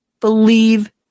believe